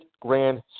Grand